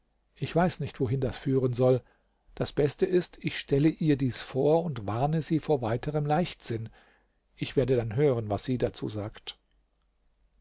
ich weiß nicht wohin das führen soll das beste ist ich stelle ihr dies vor und warne sie vor weiterem leichtsinn ich werde dann hören was sie dazu sagt